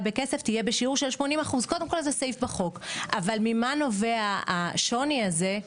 בכסף תהיה בשיעור של 80%. ממה נובע השוני הזה?